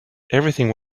everything